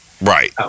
Right